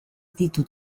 ditut